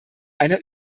einer